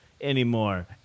anymore